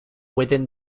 within